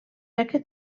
aquest